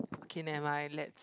okay never mind let's